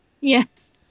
yes